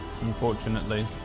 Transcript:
Unfortunately